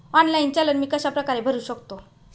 Online चलन मी कशाप्रकारे भरु शकतो?